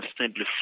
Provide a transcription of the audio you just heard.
simply